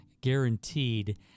guaranteed